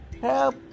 help